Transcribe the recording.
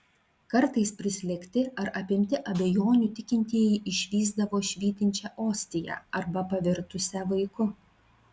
kartais prislėgti ar apimti abejonių tikintieji išvysdavo švytinčią ostiją arba pavirtusią vaiku